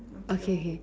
okay okay